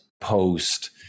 post